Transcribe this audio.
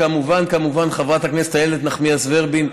וכמובן כמובן חברת הכנסת איילת נחמיאס ורבין,